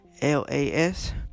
l-a-s